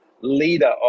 leader